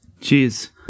Jeez